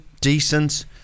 decent